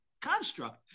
construct